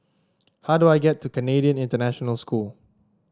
how do I get to Canadian International School